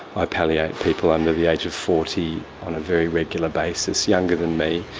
i palliate people under the age of forty on a very regular basis, younger than me.